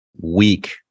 weak